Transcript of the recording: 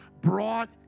brought